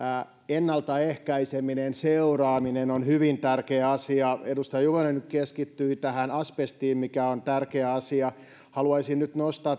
ennaltaehkäiseminen seuraaminen on hyvin tärkeä asia edustaja juvonen nyt keskittyi asbestiin mikä on tärkeä asia haluaisin nyt nostaa